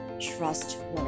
trustworthy